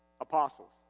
Apostles